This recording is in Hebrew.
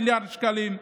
53 מיליארד שקלים.